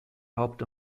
haupt